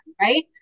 right